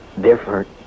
Different